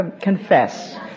Confess